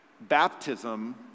baptism